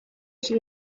she